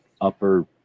upper